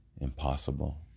impossible